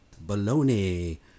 Bologna